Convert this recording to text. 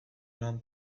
lan